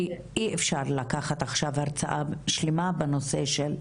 כי אי אפשר לקחת עכשיו הרצאה מקיפה בנושא של